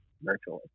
virtually